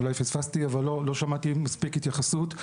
אולי פספסתי, אבל לא שמעתי מספיק התייחסות.